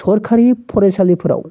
सोरखारि फरायसालिफोराव